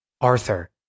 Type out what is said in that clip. Arthur